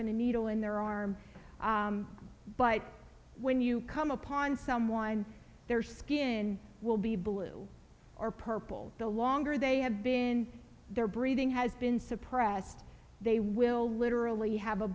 a needle in their arm but when you come upon someone their skin will be blue or purple the longer they have been their breathing has been suppressed they will literally have a